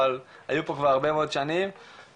אבל היו פה כבר הרבה מאוד שנים ולפני